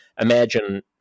imagine